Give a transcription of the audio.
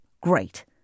Great